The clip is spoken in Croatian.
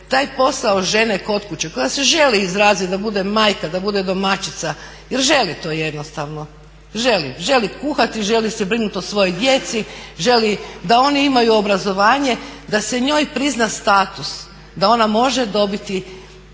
taj posao žene kod kuće koja se želi izraziti da bude majka, da bude domaćica jer želi to jednostavno, želi kuhati, želi se brinuti o svojoj djeci, želi da oni imaju obrazovanje, da se njoj prizna status da ona može dobiti